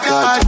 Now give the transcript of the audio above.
God